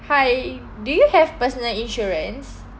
hi do you have personal insurance